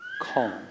calm